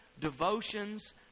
devotions